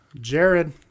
Jared